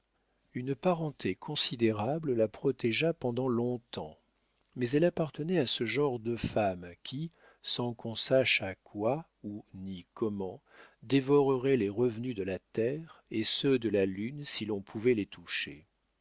une parenté considérable la protégea pendant long-temps mais elle appartenait à ce genre de femmes qui sans qu'on sache à quoi où ni comment dévoreraient les revenus de la terre et ceux de la lune si l'on pouvait les toucher